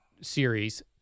series